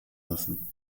lassen